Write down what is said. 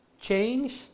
Change